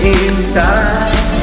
inside